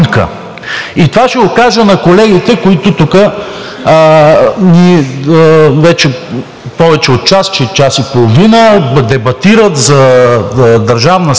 Това ще го кажа на колегите, които тук – ние вече повече от час, че и час и половина, дебатираме за Държавна сигурност.